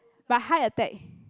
but high attack